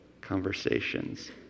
conversations